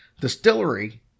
distillery